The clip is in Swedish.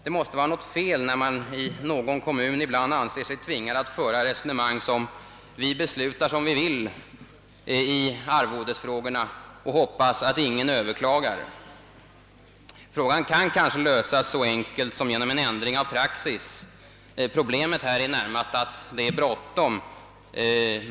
Det måste vara något fel när man i någon kommun ibland anser sig tvingad att föra resonemang av typen »vi beslutar som vi vill i arvodesfrågorna och hoppas att ingen överklagar». Frågan kan kanske lösas så enkelt som genom en ändring av praxis. Problemet är närmast att det är bråttom.